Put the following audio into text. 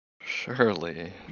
Surely